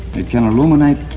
it can illuminate.